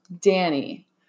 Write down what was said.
Danny